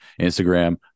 instagram